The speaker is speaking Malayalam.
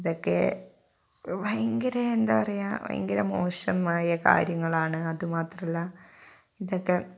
ഇതൊക്കെ ഭയങ്കരം എന്താണ് പറയുക ഭയങ്കര മോശമായ കാര്യങ്ങളാണ് അതുമാത്രമല്ല ഇതൊക്കെ